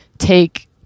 take